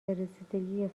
رسیدگی